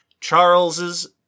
Charles's